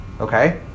Okay